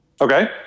Okay